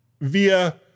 via